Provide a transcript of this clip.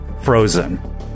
frozen